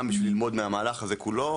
גם בשביל ללמוד מהמהלך הזה כולו.